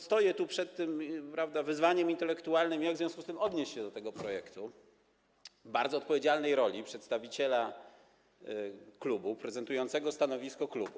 Stoję przed wyzwaniem intelektualnym, jak w związku z tym odnieść się do tego projektu w bardzo odpowiedzialnej roli przedstawiciela klubu, prezentującego stanowisko klubu.